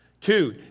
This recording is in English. Two